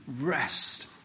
rest